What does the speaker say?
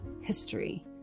history